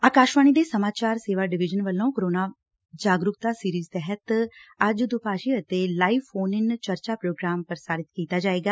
ਆਕਾਸ਼ਵਾਣੀ ਦੇ ਸਮਾਚਾਰ ਸੇਵਾ ਡਿਵੀਜ਼ਨ ਵਲੋਂ ਕੋਰੋਨਾ ਜਾਗਰੂਕਤਾ ਸੀਰੀਜ਼ ਤਹਿਤ ਅੱਜ ਦੁਭਾਸ਼ੀ ਅਤੇ ਲਾਈਨ ਫੋਨ ਇਨ ਚਰਚਾ ਪ੍ਰੋਗਰਾਮ ਪ੍ਸਾਰਿਤ ਕੀਤਾ ਜਾਏਗਾ